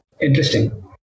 Interesting